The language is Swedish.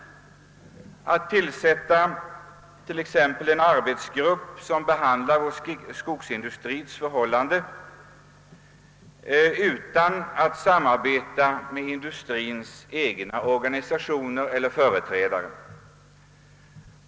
Det har t.ex. tillsatts en arbetsgrupp som behandlar vår skogsindustris förhållanden, men det avses därvidlag inte äga rum något samarbete med industriens egna organisationer eller företrädare.